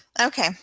Okay